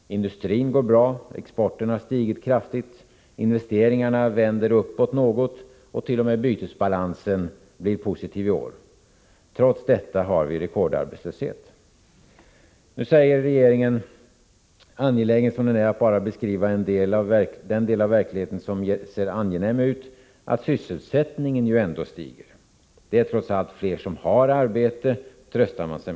Industrin går bra. Exporten har stigit kraftigt. Investeringarna vänder uppåt något, och t.o.m. bytesbalansen blir positiv i år. Trots detta har vi rekordarbetslöshet. Nu säger regeringen — angelägen som man är om att bara beskriva den del av verkligheten som ser angenäm ut — att sysselsättningen ju ändå stiger. Man tröstar sig med att det trots allt är fler som har arbete.